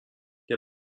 der